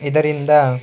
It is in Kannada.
ಇದರಿಂದ